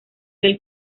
del